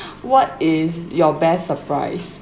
what is your best surprise